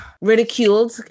ridiculed